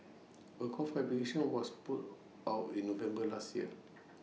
A call for applications was put out in November last year